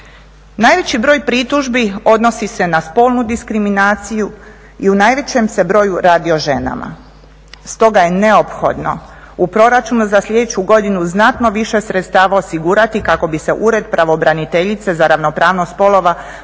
Najveći broj pritužbi odnosi se na spolnu diskriminaciju i u najvećem se broju radi o ženama. Stoga je neophodno u proračunu za sljedeću godinu znatno više sredstava osigurati kako bi se Ured pravobraniteljice za ravnopravnost spolova